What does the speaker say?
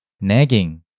nagging